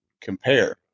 compare